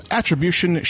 Attribution